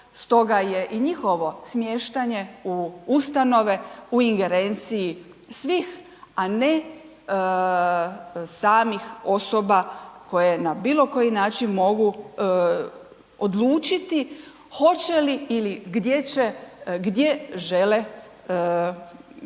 Stoga je i njihovo smještanje u ustanove u ingerenciji svih, a ne samih osoba koje na bilo koji način mogu odlučiti hoće li ili gdje žele živjeti